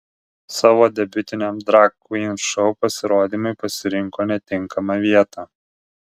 savo debiutiniam drag kvyn šou pasirodymui pasirinko netinkamą vietą